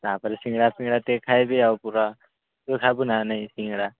ତାପରେ ସିଙ୍ଗଡ଼ା ଫିଙ୍ଗଡ଼ା ଟିକେ ଖାଇବି ଆଉ ପୂରା ତୁ ଖାଇବୁନା ନାଇଁ ସିଙ୍ଗଡ଼ା